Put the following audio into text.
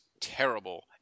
terrible